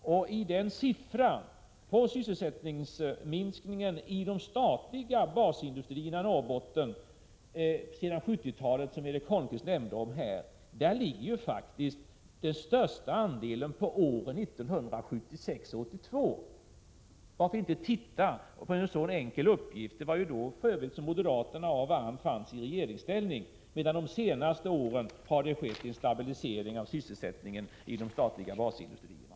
I den siffra för sysselsättningsminskningen i de statliga basindustrierna i Norrbotten sedan 1970-talet som Erik Holmkvist nämnde ligger faktiskt den största andelen på åren 1976-1982. Varför inte titta på en sådan enkel uppgift. Det var för övrigt då som moderaterna av och an fanns i regeringsställning. De senaste åren har det däremot skett en stabilisering av sysselsättningen i de statliga basindustrierna.